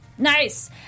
Nice